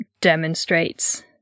demonstrates